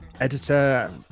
editor